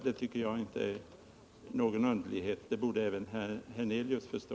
Det tycker jag inte är någon underlighet, och det borde också herr Hernelius förstå.